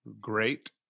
great